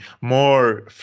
more